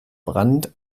brandt